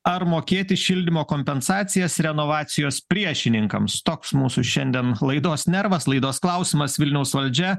ar mokėti šildymo kompensacijas renovacijos priešininkams toks mūsų šiandien laidos nervas laidos klausimas vilniaus valdžia